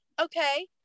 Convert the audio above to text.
okay